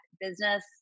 business